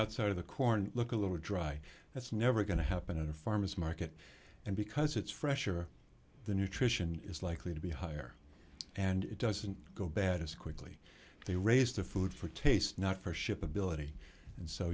outside of the corn look a little dry that's never going to happen in a farmer's market and because it's fresher the nutrition is likely to be higher and it doesn't go bad as quickly they raise the food for taste not for ship ability and so